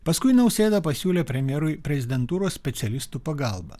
paskui nausėda pasiūlė premjerui prezidentūros specialistų pagalbą